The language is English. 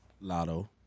Lotto